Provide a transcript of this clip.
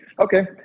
Okay